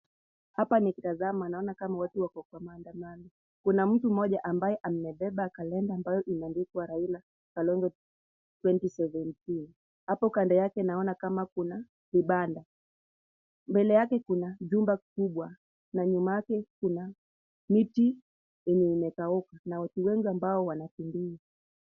Hapa nikitazama naona kama watu wako kwa maandamano. Kuna mtu mmoja ambaye amebeba calendar ambayo imeandikwa Raila Kalonzo 2017. Hapo kando yake naona kama kuna kibanda. Mbele yake kuna jumba kubwa na nyuma yake kuna miti yenye imekauka na watu wengi ambao wanakimbia.